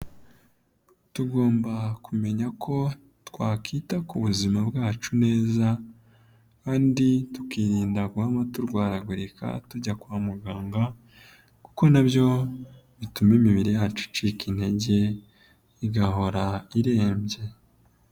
Tugomba kumenya ko twakwita ku buzima bwacu neza, kandi tukirinda guhama turwaragurika tujya kwa muganga kuko na byo bituma imibiri yacu icika intege, igahora irembye.